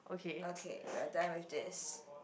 okay we're done with this